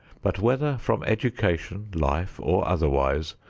but whether from education, life or otherwise,